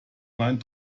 mein